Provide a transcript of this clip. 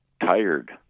tired